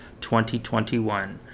2021